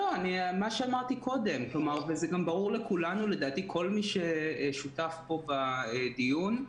לדעתי, ברור לכל מי ששותף פה בדיון,